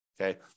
Okay